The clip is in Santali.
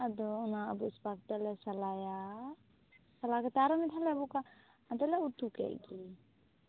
ᱟᱫᱚ ᱚᱱᱟ ᱟᱵᱩᱜ ᱥᱟᱯᱷᱟ ᱠᱟᱛᱮ ᱵᱚᱞᱮ ᱥᱟᱞᱟᱭᱟ ᱥᱟᱞᱟ ᱠᱟᱛᱮ ᱟᱨᱦᱚᱸ ᱢᱤᱫ ᱫᱷᱟ ᱣ ᱞᱮ ᱟ ᱨᱩᱠᱟ ᱟᱫᱚᱞᱮ ᱩᱛᱩ ᱠᱮᱫ ᱜᱮ